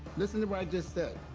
listen to what i just said.